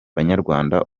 barwanya